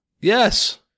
Yes